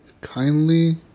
Kindly